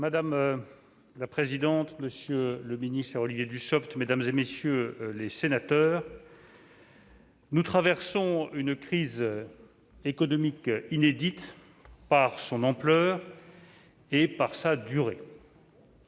Madame la présidente, monsieur le ministre délégué, mesdames, messieurs les sénateurs, nous traversons une crise économique inédite par son ampleur et par sa durée.